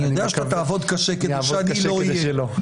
אז אתה רוצה לצנזר אותי בכוח הדמוקרטי שלך לסתום לי את הפה?